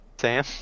Sam